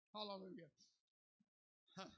Hallelujah